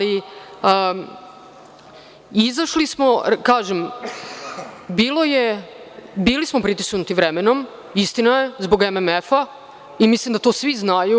Izašli smo, bili smo pritisnuti vremenom, istina je, zbog MMF i mislim da to svi znaju.